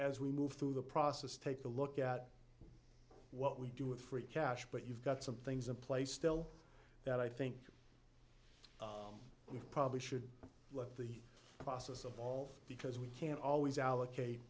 as we move through the process take a look at what we do with free cash but you've got some things in place still that i think we probably should look at the process of all because we can always allocate